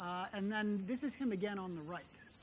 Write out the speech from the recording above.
and then this is him again on the right.